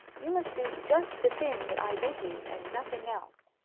you must do just the thing that i bid you, and nothing else.